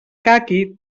caqui